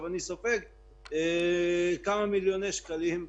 אני סופג כמה מיליוני שקלים,